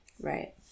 Right